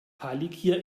palikir